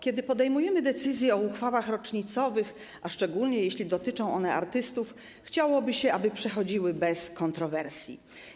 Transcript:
Kiedy podejmujemy decyzję o uchwałach rocznicowych, a szczególnie jeśli dotyczą one artystów, chciałoby się, aby przechodziły bez kontrowersji.